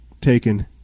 taken